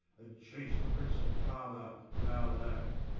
and chase the prince of parma from our land,